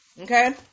Okay